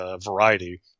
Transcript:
variety